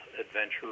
adventure